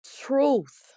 truth